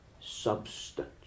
substance